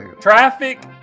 Traffic